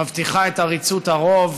מבטיחה את עריצות הרוב,